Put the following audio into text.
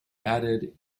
batted